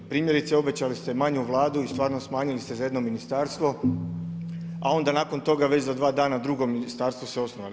Primjerice obećali ste manju Vladu i stvarno smanjili ste za jedno ministarstvo, a onda nakon toga već za dva dana drugo ministarstvo ste osnovali.